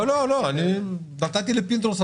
לא, לא, אני נתתי לפינדרוס.